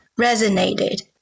resonated